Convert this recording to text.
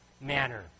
manner